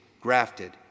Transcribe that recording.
grafted